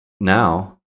now